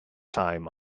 time